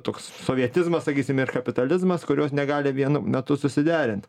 toks sovietizmas sakysime ir kapitalizmas kurios negali vienu metu susiderinti